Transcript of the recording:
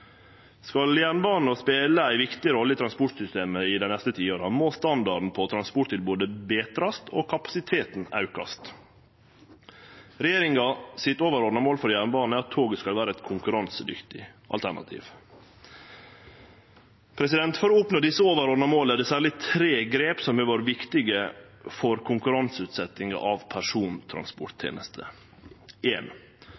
Skal jernbanen spele ei viktig rolle i transportsystemet dei neste tiåra, må standarden på transporttilbodet betrast og kapasiteten aukast. Regjeringa sitt overordna mål for jernbanen er at toget skal vere eit konkurransedyktig alternativ. For å oppnå desse overordna måla er det særleg tre grep som har vore viktige for konkurranseutsetjinga av